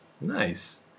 Nice